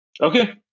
Okay